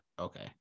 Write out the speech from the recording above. Okay